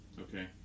Okay